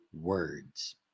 words